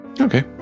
okay